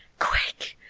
quick,